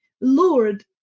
Lord